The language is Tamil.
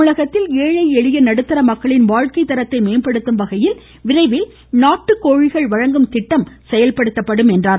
தமிழகத்தில் ஏழை எளிய நடுத்தர மக்களின் வாழ்க்கை தரத்தை மேம்படுத்தும் வகையில் விரைவில் நாட்டுக்கோழிகள் வழங்கும் திட்டம் செயல்படுத்தப்படும் என்றார்